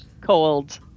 Cold